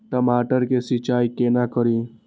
टमाटर की सीचाई केना करी?